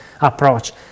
approach